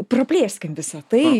praplėskim visa tai